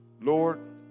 Lord